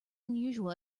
unusual